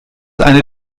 eine